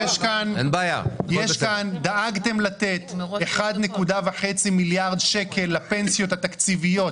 דאגתם לתת 1.5 מיליארד לפנסיות התקציביות,